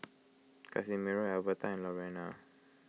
Casimiro Alverta and Lorena